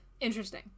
Interesting